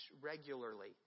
regularly